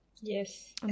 Yes